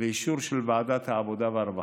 ואישור של ועדת העבודה והרווחה,